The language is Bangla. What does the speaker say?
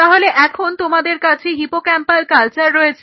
তাহলে এখন তোমাদের কাছে হিপোক্যাম্পাল কালচার রয়েছে